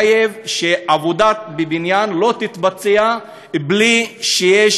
החוק מחייב שעבודה בבניין לא תתבצע בלי שיש